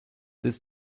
this